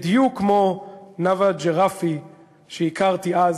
בדיוק כמו נאוה ג'רפי שהכרתי אז,